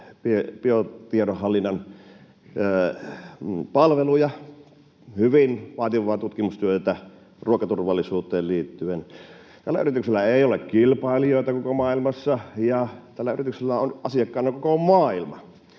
biotiedonhallinnan palveluja, hyvin vaativaa tutkimustyötä ruokaturvallisuuteen liittyen. Tällä yrityksellä ei ole kilpailijoita koko maailmassa, ja tällä yrityksellä on asiakkaana koko maailma.